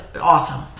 awesome